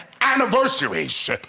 anniversaries